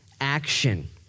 action